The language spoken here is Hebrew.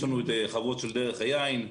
יש לנו חוות של דרך היין,